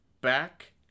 back